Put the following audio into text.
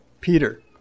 Peter